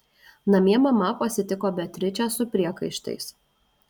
namie mama pasitiko beatričę su priekaištais